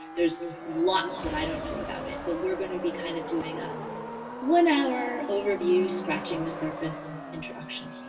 there's lots that i don't know about it but we're gonna be kind of doing a one-hour overview scratching the surface introduction.